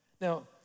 Now